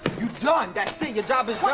you done, that's it. your job is done,